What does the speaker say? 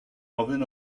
ofyn